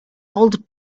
old